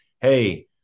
hey